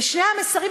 שני המסרים,